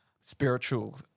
spiritual